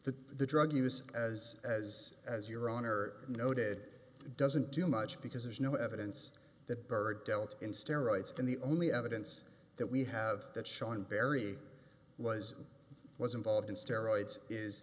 the drug use as as as your honor noted doesn't do much because there's no evidence that bird dealt in steroids and the only evidence that we have that sean berry was was involved in steroids is